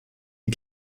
die